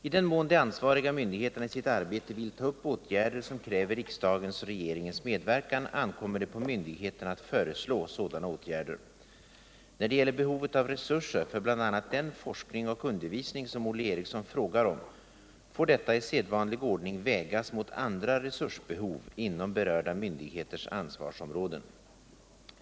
I den mån de ansvariga myndigheterna i sitt arbete vill ta upp åtgärder som kräver riksdagens och regeringens medverkan, ankommer det på myndigheterna att föreslå sådana åtgärder. När det gäller behovet av resurser för bl.a. den forskning och undervisning som Olle Erikssson frågar om får detta i sedvanlig ordning vägas mot andra resursbehov inom berörda myndigheters ansvarsområden.